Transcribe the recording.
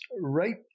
right